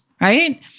right